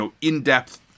in-depth